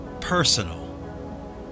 personal